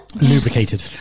Lubricated